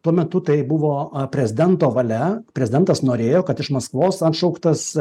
tuo metu tai buvo prezidento valia prezidentas norėjo kad iš maskvos atšauktas